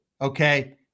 okay